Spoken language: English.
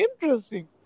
Interesting